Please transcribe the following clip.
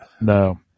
No